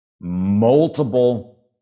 Multiple